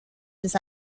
this